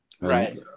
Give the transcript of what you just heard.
Right